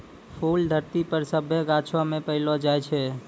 फूल धरती पर सभ्भे गाछौ मे पैलो जाय छै